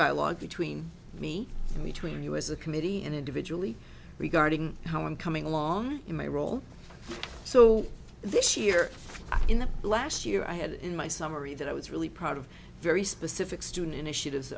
dialogue between me and between you as a committee and individually regarding how i'm coming along in my role so this year in the last year i had it in my summary that i was really proud of very specific student initiatives